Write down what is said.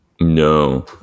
No